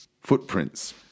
footprints